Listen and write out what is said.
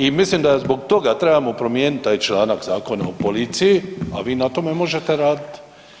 I mislim da zbog toga trebamo promijeniti taj članak Zakona o policiji, a vi na tome možete raditi.